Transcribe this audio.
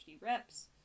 reps